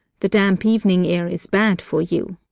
the damp evening air is bad for you.